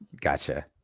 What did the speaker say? Gotcha